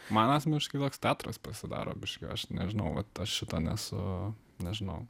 man asmeniškai toks teatras pasidaro biški aš nežinau šito nesu nežinau